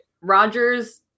Rodgers